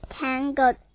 tangled